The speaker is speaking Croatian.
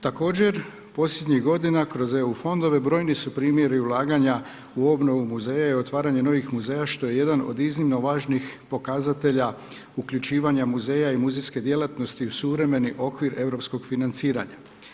Također posljednjih godina kroz EU fondove brojni su primjeri ulaganja u obnovu muzeja i otvaranje novih muzeja što je jedna od iznimno važnih pokazatelja uključivanja muzeja i muzejske djelatnosti u suvremeni okvir europskog financiranja.